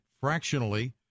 fractionally